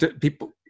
people